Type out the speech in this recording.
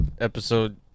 episode